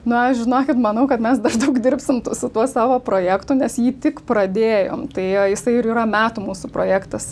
na žinokit manau kad mes dar daug dirbsim su tuo savo projektu nes jį tik pradėjom tai jisai ir yra metų mūsų projektas